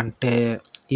అంటే